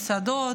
מסעדות,